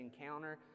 encounter